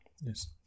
Yes